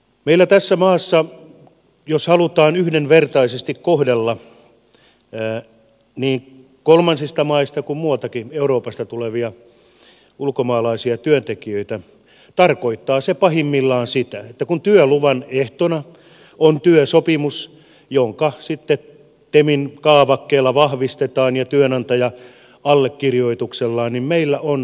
meillä tässä maassa jos halutaan yhdenvertaisesti kohdella niin kolmansista maista kuin muualtakin euroopasta tulevia ulkomaalaisia työntekijöitä tarkoittaa se pahimmillaan sitä että kun työluvan ehtona on työsopimus joka sitten vahvistetaan temin kaavakkeella ja työnantaja allekirjoituksellaan niin meillä on nollatyöehtosopimus tässä maassa